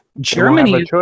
Germany